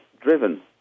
driven